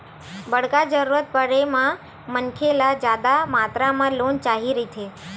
बड़का जरूरत परे म मनखे ल जादा मातरा म लोन चाही रहिथे